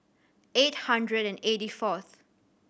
eight hundred and eighty fourth